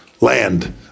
land